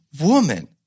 woman